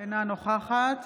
אינה נוכחת